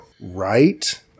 right